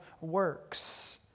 works